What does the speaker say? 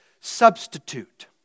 substitute